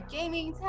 Gaming